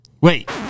Wait